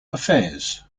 affairs